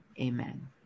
amen